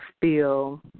feel